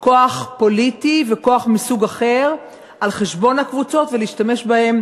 פוליטי וכוח מסוג אחר על חשבון הקבוצות ולהשתמש בהם